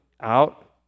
out